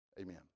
amen